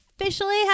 officially